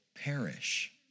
perish